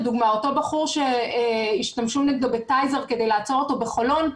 אותו בחור שהשתמשו נגדו בטייזר כדי לעצור אותו בחולון,